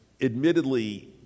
admittedly